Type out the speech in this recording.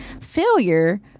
failure